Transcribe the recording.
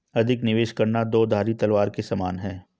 अधिक निवेश करना दो धारी तलवार के समान है